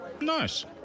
Nice